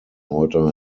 heute